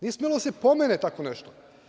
Nije smelo da se pomene tako nešto.